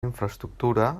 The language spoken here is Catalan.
infraestructura